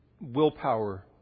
willpower